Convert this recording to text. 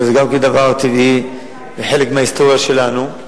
וזה גם כן דבר טבעי וחלק מההיסטוריה שלנו,